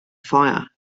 fire